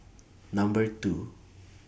Number two